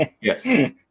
Yes